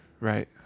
right